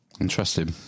Interesting